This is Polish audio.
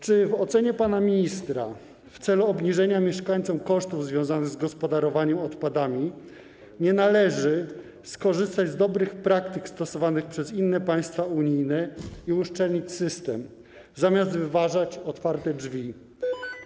Czy w ocenie pana ministra w celu obniżenia mieszkańcom kosztów związanych z gospodarowaniem odpadami nie należy skorzystać z dobrych praktyk stosowanych przez inne państwa unijne i uszczelnić system zamiast wyważać otwarte drzwi?